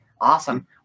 Awesome